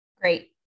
Great